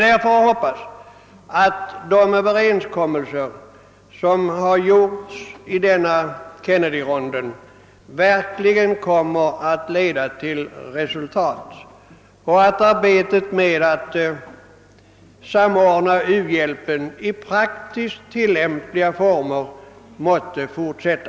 Därför hoppas jag att de överenskommelser som träffats i Kennedyronden verkligen kommer att leda till resultat och att arbetet med att samordna u-hjälpen i praktiskt tillämpliga former kommer att fortsätta.